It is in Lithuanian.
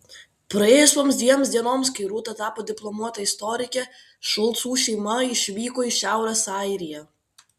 praėjus vos dviems dienoms kai rūta tapo diplomuota istorike šulcų šeima išvyko į šiaurės airiją